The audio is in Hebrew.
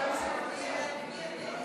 ההסתייגות (22)